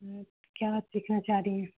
क्या आप सीखना चाह रही हैं